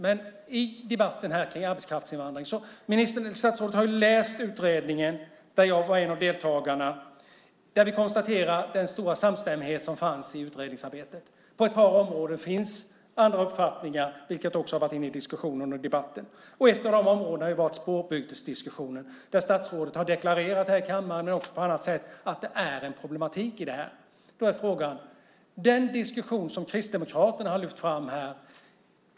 Det gäller debatten om arbetskraftsinvandring. Statsrådet har ju läst utredningen - jag var en av deltagarna - där vi konstaterar den stora samstämmighet som fanns i utredningsarbetet. På ett par områden finns andra uppfattningar, vilket också varit uppe i diskussionen och debatten. Ett av de områdena har varit spårbytesdiskussionen, där statsrådet har deklarerat här i kammaren och också på annat sätt att det finns en problematik. Frågan gäller den diskussion som Kristdemokraterna har lyft fram här.